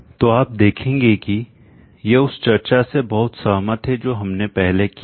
तो आप देखेंगे कि यह उस चर्चा से बहुत सहमत है जो हमने पहले की है